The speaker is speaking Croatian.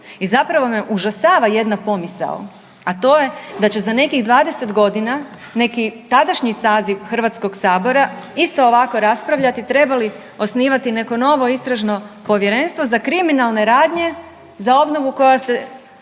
i zapravo me užasava jedna pomisao, a to je da će za nekih 20 godina neki tadašnji saziv Hrvatskoga sabora isto ovako raspravljati treba li osnivati neko novo istražno povjerenstvo za kriminalne radnje za obnovu koja se